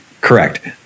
correct